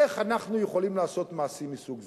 איך אנחנו יכולים לעשות מעשים מסוג זה?